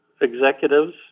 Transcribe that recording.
executives